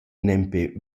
nempe